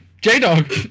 J-Dog